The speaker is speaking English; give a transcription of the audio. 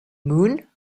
moon